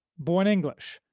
born english,